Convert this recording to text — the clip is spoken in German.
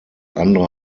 andere